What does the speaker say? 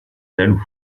jaloux